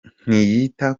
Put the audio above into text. ntiyita